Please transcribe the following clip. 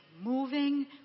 moving